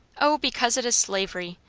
o, because it is slavery.